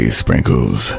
sprinkles